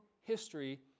history